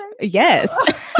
Yes